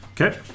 Okay